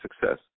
success